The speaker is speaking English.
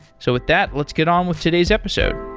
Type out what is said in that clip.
so with that, let's get on with today's episode.